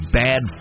bad